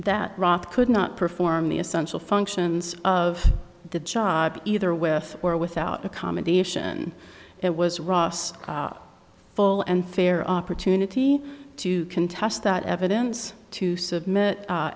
that rock could not perform the essential functions of the job either with or without accommodation it was ross full and fair opportunity to contest that evidence to submit